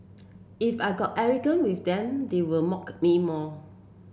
if I got arrogant with them they would mock me more